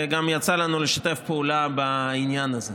וגם יצא לנו לשתף פעולה בעניין הזה.